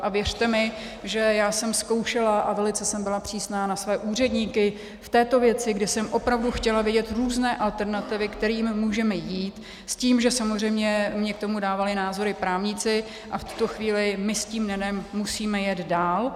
A věřte mi, že já jsem zkoušela a velice jsem byla přísná na své úředníky v této věci, kde jsem opravdu chtěla vědět různé alternativy, kterými můžeme jít, s tím, že samozřejmě mi k tomu dávali názory právníci, a v tuto chvíli my s tím NENem musíme jet dál.